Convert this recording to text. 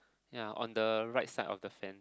ya on the right side of the fence